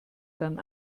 dann